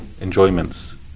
enjoyments